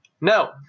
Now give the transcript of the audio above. No